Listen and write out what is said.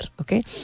okay